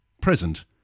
present